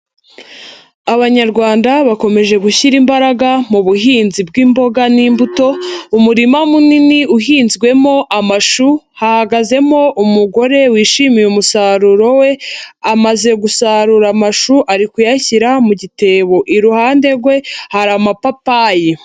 Abanyarwanda bakomeje gushyira imbaraga mu buhinzi bw'imboga n'imbuto, umurima munini uhinzwemo amashu hahagazemo umugore wishimiye umusaruro we amaze gusarura amashu ari kuyashyira mu gitebo, iruhande rwe hari amapapayi.